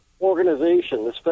organization